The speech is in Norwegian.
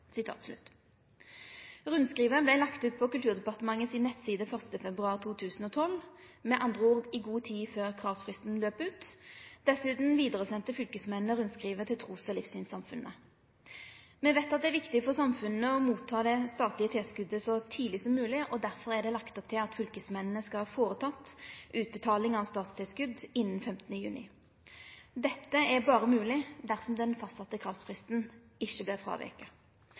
lagt ut på Kulturdepartementet si nettside 1. februar 2012, med andre ord i god tid før kravfristen gjekk ut. Dessutan sende fylkesmennene rundskrivet vidare til trus- og livssynssamfunna. Me veit at det er viktig for samfunna å få det statlege tilskottet så tidleg som mogleg, og derfor er det lagt opp til at fylkesmennene skal ha betalt ut det statlege tilskottet innan 15. juni. Det er berre mogleg om den fastsette kravfristen ikkje